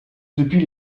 depuis